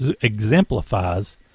exemplifies